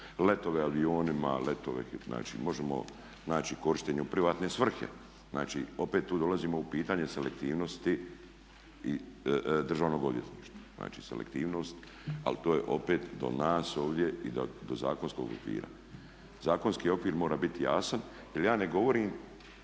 letove avionima, letove, znači možemo, znači korištenje u privatne svrhe. Znači opet tu dolazimo u pitanje selektivnosti državnog odvjetništva. Znači selektivnost ali to je opet do nas ovdje i do zakonskog okvira. Zakonski okvir mora biti jasan jer ja ne govorim,